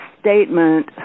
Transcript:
statement